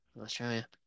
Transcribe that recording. Australia